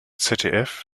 zdf